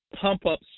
pump-up